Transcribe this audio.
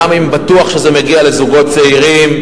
גם אם בטוח שזה מגיע לזוגות צעירים.